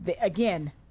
again